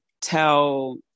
tell